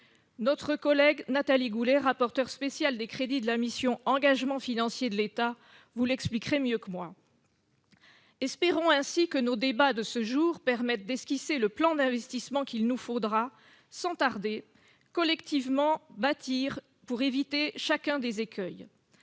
Notre collègue Nathalie Goulet, rapporteur spécial des crédits de la mission « Engagements financiers de l'État », vous l'expliquerait mieux que moi. Espérons ainsi que nos débats de ce jour permettent d'esquisser le plan d'investissement qu'il nous faudra, sans tarder, collectivement bâtir pour éviter chacun des écueils.